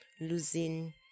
Losing